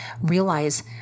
realize